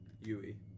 Yui